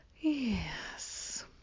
yes